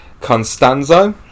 Constanzo